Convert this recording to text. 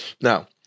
Now